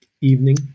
evening